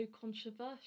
controversial